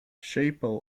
chapel